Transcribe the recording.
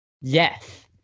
yes